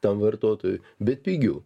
tam vartotojui bet pigiu